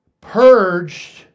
purged